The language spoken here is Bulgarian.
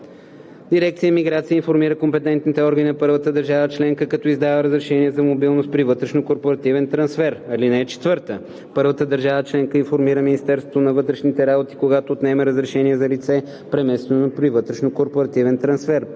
Дирекция „Миграция“ информира компетентните органи на първата държава членка, когато издава разрешение за мобилност при вътрешнокорпоративен трансфер. (4) Първата държава членка информира Министерството на вътрешните работи, когато отнеме разрешение за лице, преместено при вътрешнокорпоративен трансфер.